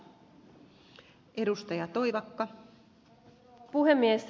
arvoisa rouva puhemies